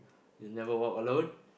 You Never Walk Alone